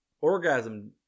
orgasm